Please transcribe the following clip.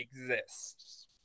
exists